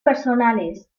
personales